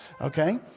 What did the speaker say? okay